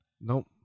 Nope